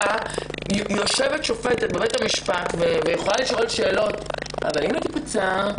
שיושבת שופטת בבית המשפט ויכולה לשאול שאלות כמו: אבל אם היא תיפצע?